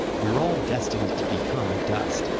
we're all destined to become dust,